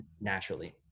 naturally